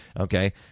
Okay